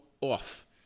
off